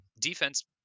defense